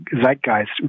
zeitgeist